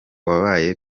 wabaye